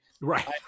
Right